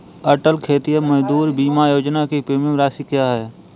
अटल खेतिहर मजदूर बीमा योजना की प्रीमियम राशि क्या है?